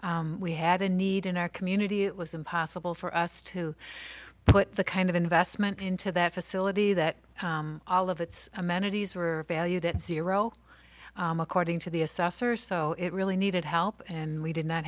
we had a need in our community it was impossible for us to put the kind of investment into that facility that all of its amenities were valued at zero according to the a saucer so it really needed help and we did not